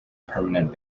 permanent